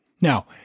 Now